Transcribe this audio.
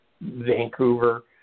vancouver